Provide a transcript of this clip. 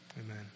Amen